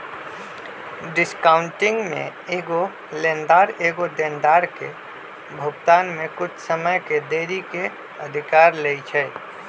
discounting में एगो लेनदार एगो देनदार के भुगतान में कुछ समय के देरी के अधिकार लेइ छै